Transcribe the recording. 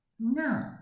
Now